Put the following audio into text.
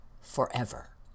forever